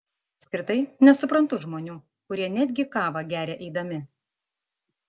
apskritai nesuprantu žmonių kurie netgi kavą geria eidami